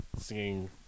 Singing